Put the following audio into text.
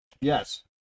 Yes